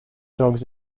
dogs